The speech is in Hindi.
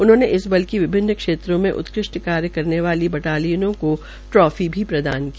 उन्होने इस बल की विभिन्न क्षेत्रोंमें उत्कृष्ट कार्य करने वाली बटालियनों को ट्राफी भी प्रदान की